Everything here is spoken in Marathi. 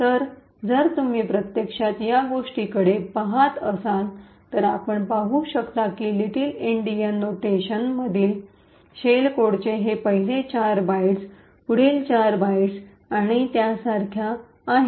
तर जर तुम्ही प्रत्यक्षात या गोष्टीकडे पहात असाल तर आपण पाहू शकता की लिटल एन्डियन नोटेशन मधील शेल कोडचे हे पहिले चार बाइट्स पुढील चार बाइट्स आणि त्यासारख्या आहेत